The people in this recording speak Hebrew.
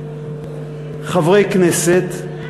חברי כנסת,